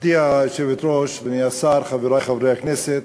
גברתי היושבת-ראש, אדוני השר, חברי חברי הכנסת,